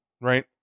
right